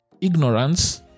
ignorance